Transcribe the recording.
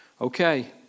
Okay